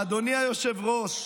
אדוני היושב-ראש,